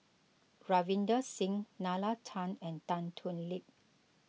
Ravinder Singh Nalla Tan and Tan Thoon Lip